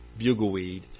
bugleweed